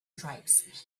stripes